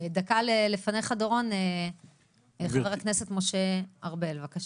דקה לפניך דורון, חבר הכנסת משה ארבל, בבקשה.